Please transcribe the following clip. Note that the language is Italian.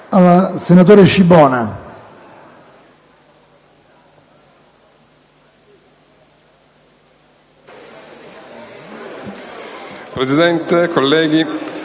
Presidente, colleghi,